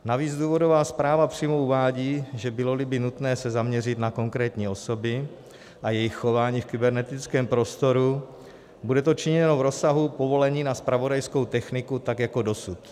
Navíc důvodová zpráva přímo uvádí, že byloli by nutné se zaměřit na konkrétní osoby a jejich chování v kybernetickém prostoru, bude to činěno v rozsahu povolení na zpravodajskou techniku tak jako dosud.